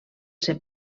ser